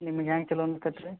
ನಿಮ್ಗೆ ಹ್ಯಾಂಗ ಚಲೋ ಅನಸ್ತತೆ ರೀ